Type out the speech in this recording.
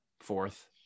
fourth